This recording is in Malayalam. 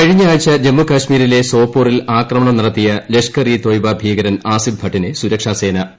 കഴിഞ്ഞ ആഴ്ച ജമ്മുകാശ്മീരിലെ സോപ്പോറിൽ ആക്രമണം നടത്തിയ ലഷ്കർ ഈ തൊയ്ബ ഭീകരൻ ആസിഫ് ഭട്ടിനെ സുരക്ഷാസേനാ വിക്വരുത്തി